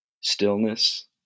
stillness